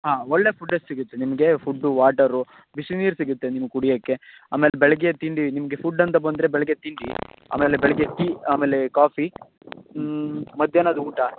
ಆಂ ಒಳ್ಳೆಯ ಫುಡ್ಡೇ ಸಿಗುತ್ತೆ ನಿಮಗೆ ಫುಡ್ದು ವಾಟರು ಬಿಸಿ ನೀರು ಸಿಗುತ್ತೆ ನಿಮಗೆ ಕುಡಿಯೋಕ್ಕೆ ಆಮೇಲೆ ಬೆಳಿಗ್ಗೆ ತಿಂಡಿ ನಿಮಗೆ ಫುಡ್ ಅಂತ ಬಂದರೆ ಬೆಳಿಗ್ಗೆ ತಿಂಡಿ ಆಮೇಲೆ ಬೆಳಿಗ್ಗೆ ಟೀ ಆಮೇಲೆ ಕಾಫಿ ಮಧ್ಯಾಹ್ನದ ಊಟ